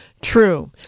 True